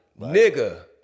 nigga